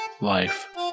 life